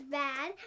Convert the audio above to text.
bad